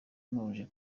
ntuje